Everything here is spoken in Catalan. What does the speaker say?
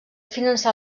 finançar